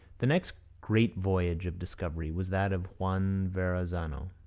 the next great voyage of discovery was that of juan verrazano,